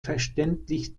verständlich